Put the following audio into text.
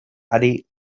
ari